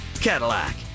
Cadillac